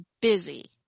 busy